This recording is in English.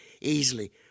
easily